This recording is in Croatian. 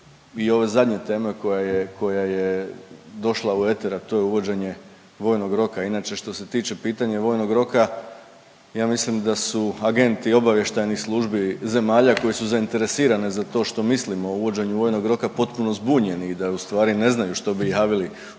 i ove zadnje teme koja je, koja je došla u eter, a to je uvođenje vojnog roka. Inače što se tiče pitanja vojnog roka, ja mislim da su agenti obavještajnih službi zemalja koje su zainteresirane za to što mislimo o uvođenju vojnog roka, potpuno zbunjeni i da su stvari ne znaju što bi javili u svoje